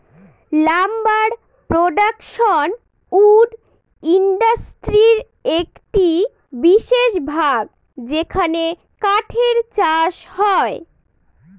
lumber production wood ইন্ডাস্ট্রির একটি বিশেষ ভাগ যেখানে কাঠের চাষ হয়